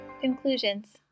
Conclusions